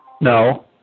No